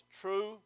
true